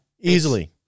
easily